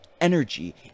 energy